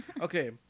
Okay